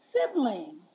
sibling